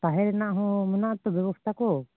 ᱛᱟᱦᱮᱸ ᱨᱮᱱᱟᱜ ᱦᱚᱸ ᱢᱮᱱᱟᱜᱼᱟ ᱛᱚ ᱵᱮᱵᱚᱥᱛᱷᱟ ᱠᱚ